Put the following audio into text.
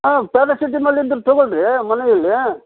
ಅಲ್ಲ ಪ್ಯಾರಾಸಿಟಮಲ್ ಇದ್ರೆ ತಗೊಳ್ಳಿರಿ ಮನೆಯಲ್ಲಿ